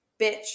Bitch